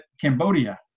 Cambodia